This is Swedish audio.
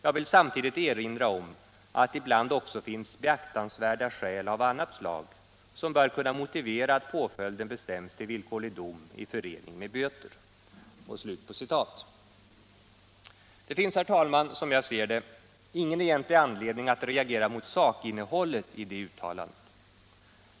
Jag vill samtidigt erinra om att det ibland också finns beaktansvärda skäl av annat slag som bör kunna motivera att påföljden bestäms till villkorlig dom i förening med böter.” Det finns, herr talman, som jag ser det, ingen egentlig anledning att reagera mot sakinnehållet i det uttalandet.